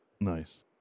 Nice